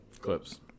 Clips